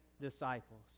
disciples